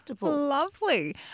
Lovely